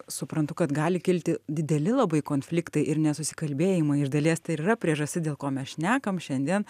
suprantu kad gali kilti dideli labai konfliktai ir nesusikalbėjimai iš dalies tai ir yra priežastis dėl ko mes šnekam šiandien